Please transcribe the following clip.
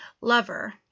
lover